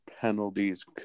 penalties